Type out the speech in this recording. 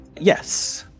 Yes